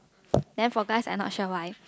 then for guys I not sure why